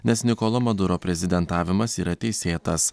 nes nikolo madoro prezidentavimas yra teisėtas